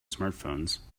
smartphones